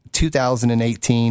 2018